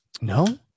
No